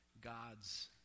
God's